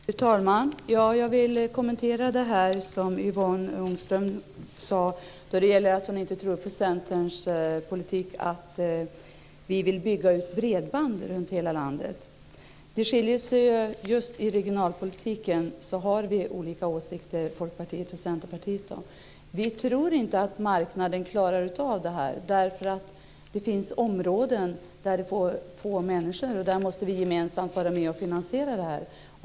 Fru talman! Jag vill kommentera det som Yvonne Ångström sade om att hon inte tror på Centerns politik när vi vill bygga ut bredband i hela landet. Just i regionalpolitiken har Folkpartiet och Centerpartiet olika åsikter. Vi tror inte att marknaden klarar av detta. Det finns områden där det bor få människor. Där måste vi gemensamt vara med och finansiera detta.